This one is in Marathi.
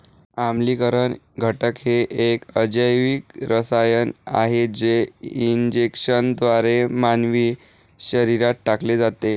आम्लीकरण घटक हे एक अजैविक रसायन आहे जे इंजेक्शनद्वारे मानवी शरीरात टाकले जाते